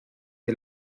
que